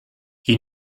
you